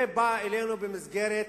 זה בא אלינו במסגרת